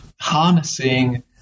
harnessing